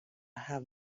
har